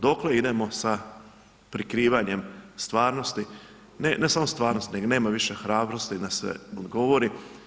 Dokle idemo sa prikrivanjem stvarnost, ne samo stvarnosti nego nema više hrabrosti da se odgovori.